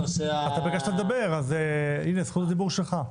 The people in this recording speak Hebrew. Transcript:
אתה ביקשת לדבר, זכות הדיבור שלך.